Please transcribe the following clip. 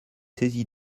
saisi